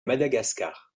madagascar